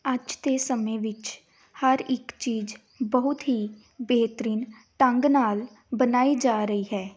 ਅੱਜ ਦੇ ਸਮੇਂ ਵਿੱਚ ਹਰ ਇੱਕ ਚੀਜ਼ ਬਹੁਤ ਹੀ ਬਿਹਤਰੀਨ ਢੰਗ ਨਾਲ ਬਣਾਈ ਜਾ ਰਹੀ ਹੈ